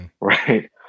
right